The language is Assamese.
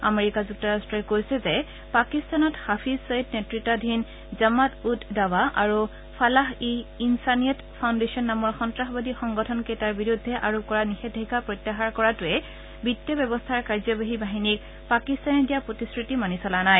আমেৰিকা যুক্তৰাট্টই কৈছে যে পাকিস্তানত হাফিজ ছয়িদ নেত়তাধীন জামাত উড দাৱা আৰু ফলাহ ই ইনছানিয়ত ফাউণ্ডেচন নামৰ সন্নাসবাদী সংগঠন কেইটাৰ বিৰুদ্ধে আৰোপ কৰা নিষেধাজ্ঞা প্ৰত্যাহাৰ কৰাটোৱে বিত্তীয় ব্যৱস্থাৰ কাৰ্যবাহী বাহিনীক পাকিস্তানে দিয়া প্ৰতিশ্ৰুতি মানি চলা নাই